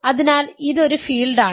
അതിനാൽ ഇത് ഒരു ഫീൽഡാണ്